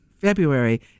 February